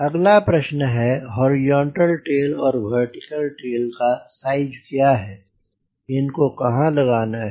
अगला प्रश्न है हॉरिजॉन्टल टेल और वर्टीकल टेल का साइज क्या है और इनको कहाँ लगाना है